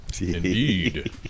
Indeed